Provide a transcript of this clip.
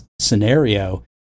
scenario